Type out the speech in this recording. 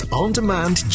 on-demand